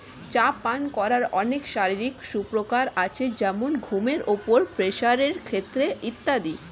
চা পান করার অনেক শারীরিক সুপ্রকার আছে যেমন ঘুমের উপর, প্রেসারের ক্ষেত্রে ইত্যাদি